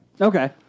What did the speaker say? Okay